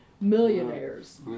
millionaires